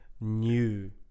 new